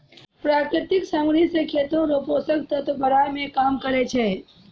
प्राकृतिक समाग्री से खेत रो पोसक तत्व बड़ाय मे काम करै छै